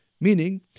meaning